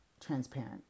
transparent